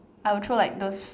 I would throw like those